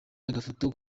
agafoto